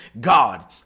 God